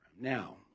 Now